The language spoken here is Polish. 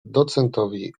docentowi